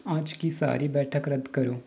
आज की सारी बैठक रद्द करो